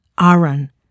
Aaron